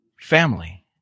family